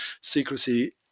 Secrecy